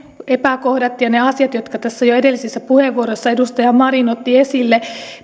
epäkohdat ja ne asiat jotka tässä jo edellisessä puheenvuorossa edustaja marin otti esille